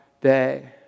day